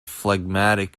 phlegmatic